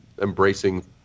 embracing